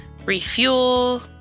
refuel